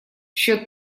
счёт